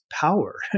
power